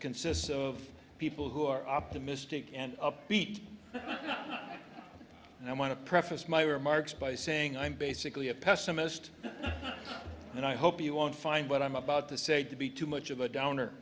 consists of people who are optimistic and upbeat and i want to preface my remarks by saying i'm basically a pessimist and i hope you won't find what i'm about to say to be too much of a downer